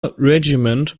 regiment